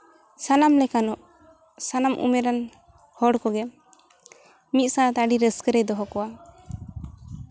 ᱥᱟᱱᱟᱢ ᱞᱮᱠᱟᱱᱚᱜ ᱥᱟᱱᱟᱢ ᱩᱢᱮᱨᱟᱱ ᱦᱚᱲ ᱠᱚᱜᱮ ᱢᱤᱫ ᱥᱟᱶᱛᱮ ᱟᱹᱰᱤ ᱨᱟᱹᱥᱠᱟᱹ ᱨᱮ ᱫᱚᱦᱚ ᱠᱚᱣᱟ